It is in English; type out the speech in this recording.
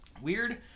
weird